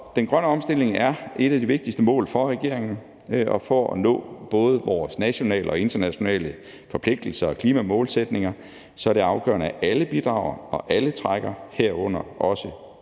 den grønne omstilling er et af de vigtigste mål for regeringen, og for at nå både vores nationale og internationale forpligtelser og klimamålsætninger er det afgørende, at alle bidrager, og at alle trækker, herunder også